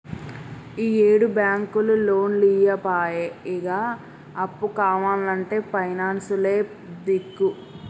ఈయేడు బాంకులు లోన్లియ్యపాయె, ఇగ అప్పు కావాల్నంటే పైనాన్సులే దిక్కు